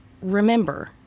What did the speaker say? remember